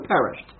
perished